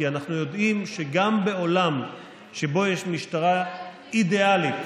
כי אנחנו יודעים שגם בעולם שבו יש משטרה אידיאלית,